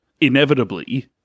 Inevitably